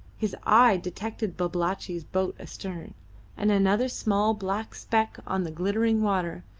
his eye detected babalatchi's boat astern, and another small black speck on the glittering water,